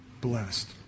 blessed